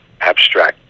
abstract